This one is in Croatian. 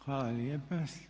Hvala lijepa.